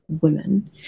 women